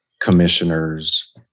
commissioners